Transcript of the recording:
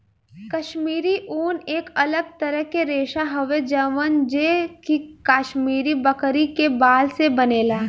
काश्मीरी ऊन एक अलग तरह के रेशा हवे जवन जे कि काश्मीरी बकरी के बाल से बनेला